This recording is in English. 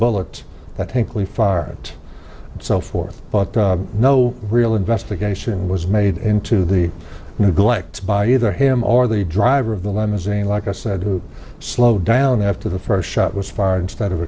bullet but thankfully far it and so forth but no real investigation was made into the neglect by either him or the driver of the limousine like i said who slowed down after the first shot was fired instead of